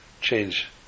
change